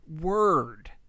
word